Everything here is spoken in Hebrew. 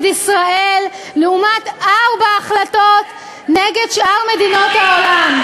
ישראל לעומת ארבע החלטות נגד שאר מדינות העולם.